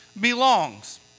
belongs